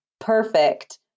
perfect